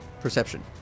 Perception